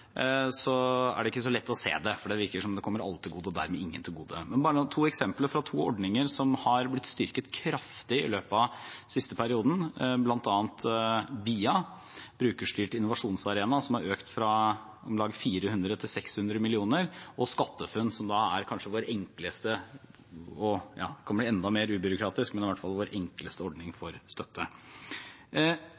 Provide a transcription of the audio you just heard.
så lett å se det, for det virker som om det kommer alle – og dermed ingen – til gode. Men la meg ta to eksempler fra to ordninger som har blitt styrket kraftig i løpet av den siste perioden. Det ene er BIA, Brukerstyrt innovasjonsarena, som har økt fra om lag 400 mill. kr til 600 mill. kr, og det andre er SkatteFUNN, som kan bli enda mer ubyråkratisk, men det er i hvert fall vår enkleste ordning